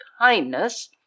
kindness